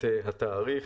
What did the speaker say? את התאריך.